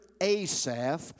Asaph